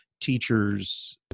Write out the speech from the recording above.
teachers